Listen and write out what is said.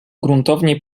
gruntownie